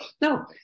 no